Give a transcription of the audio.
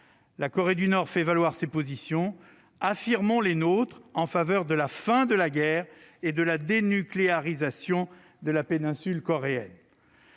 La Corée du Nord fait valoir ses positions ; alors, affirmons les nôtres, en faveur de la fin de la guerre et de la dénucléarisation de la péninsule coréenne